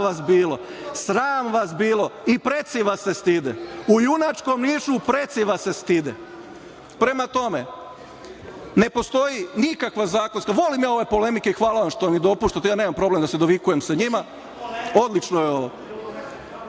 vas bilo. Sram vas bilo i preci vas se stide. U junačkom Nišu preci vas se stide. Prema tome, ne postoji nikakva zakonska… volim ja ove polemike i hvala vam što mi dopuštate, ja nemam problem da se dovikujem sa njima, odlično je ovo.